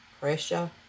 pressure